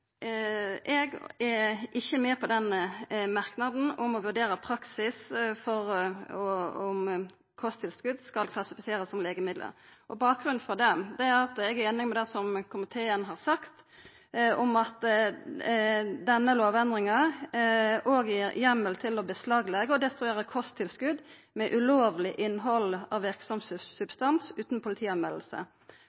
Eg er ikkje med på den merknaden om å vurdera praksisen for kva for kosttilskot som skal klassifiserast som legemiddel. Bakgrunnen for det er at eg er einig i det som komiteen har sagt, at «denne lovendringen også gir hjemmel til å beslaglegge og destruere kosttilskudd med ulovlig innhold av virksom